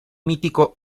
mítico